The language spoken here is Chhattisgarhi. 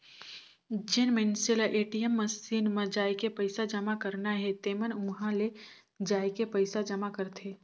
जेन मइनसे ल ए.टी.एम मसीन म जायके पइसा जमा करना हे तेमन उंहा ले जायके पइसा जमा करथे